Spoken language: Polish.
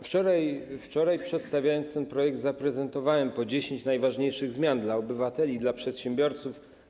Wczoraj, przedstawiając ten projekt, zaprezentowałem po 10 najważniejszych zmian dla obywateli i dla przedsiębiorców.